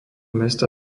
mesta